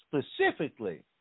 specifically